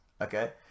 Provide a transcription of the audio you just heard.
okay